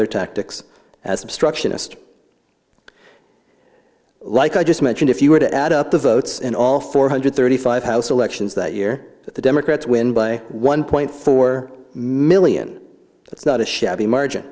their tactics as obstructionist like i just mentioned if you were to add up the votes in all four hundred thirty five house elections that year the democrats win by a one point four million that's not a shabby margin